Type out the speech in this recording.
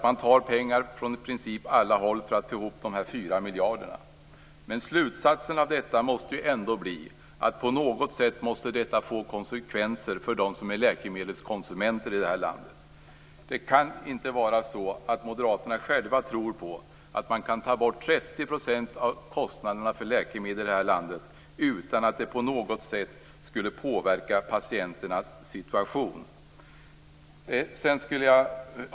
Man tar pengar från i princip alla håll för att få ihop dessa 4 miljarder. Slutsatsen måste ju ändå bli att detta på något sätt måste få konsekvenser för dem som är läkemedelskonsumenter i det här landet. Det kan inte vara så att moderaterna själva tror på att man kan ta bort 30 % av kostnaderna för läkemedel här i landet utan att det på något sätt påverkar patienternas situation.